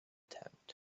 tent